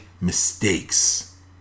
mistakes